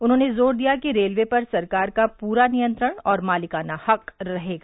उन्होंने जोर दिया कि रेलवे पर सरकार का पूरा नियंत्रण और मालिकाना हक रहेगा